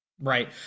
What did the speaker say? Right